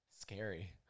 Scary